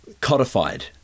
codified